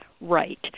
right